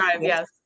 Yes